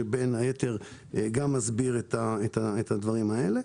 שבין היתר גם מסביר את הדברים האלה.